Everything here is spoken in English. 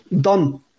done